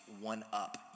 one-up